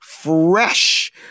fresh